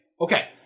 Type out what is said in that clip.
Okay